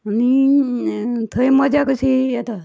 आनी थंय मजा कशी येता